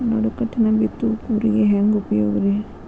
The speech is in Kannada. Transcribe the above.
ನಡುಕಟ್ಟಿನ ಬಿತ್ತುವ ಕೂರಿಗೆ ಹೆಂಗ್ ಉಪಯೋಗ ರಿ?